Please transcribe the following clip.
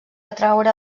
atraure